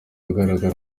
agaragara